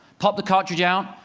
pop the cartridge out.